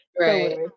Right